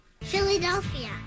Philadelphia